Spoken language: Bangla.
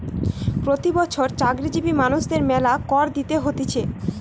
প্রতি বছর চাকরিজীবী মানুষদের মেলা কর দিতে হতিছে